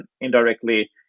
indirectly